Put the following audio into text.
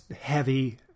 heavy